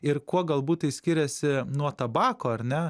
ir kuo galbūt tai skiriasi nuo tabako ar ne